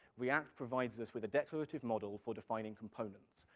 react provides us with a declarative model for defining components.